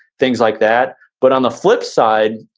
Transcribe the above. things like that. but on the flip side,